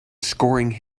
scoring